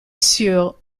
sur